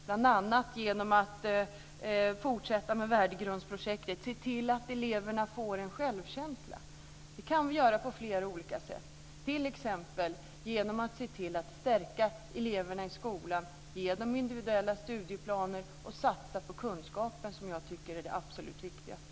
Bl.a. handlar det om att fortsätta med Värdegrundsprojektet och se till att eleverna får självkänsla. Det kan vi åstadkomma på flera olika sätt, t.ex. genom att se till att stärka eleverna i skolan - ge dem individuella studieplaner och satsa på kunskapen. Det tycker jag är det absolut viktigaste.